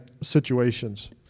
situations